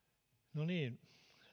no niin